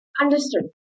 understood